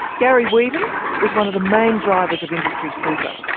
garry weaven was one of the main drivers of industry super,